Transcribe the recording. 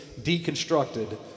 deconstructed